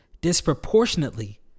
disproportionately